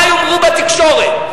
מה יאמרו בתקשורת.